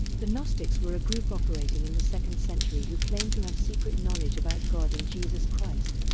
the gnostics were a group operating in the second century who claimed to have secret knowledge about god and jesus christ.